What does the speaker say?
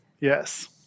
Yes